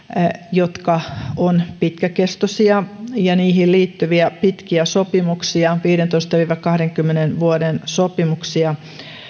jotka ovat pitkäkestoisia ja niihin liittyviä pitkiä sopimuksia viidentoista viiva kahdenkymmenen vuoden sopimuksia